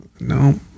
No